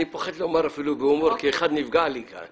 אני פוחד לומר אפילו בהומור, כי אחד נפגע לי כאן.